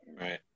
Right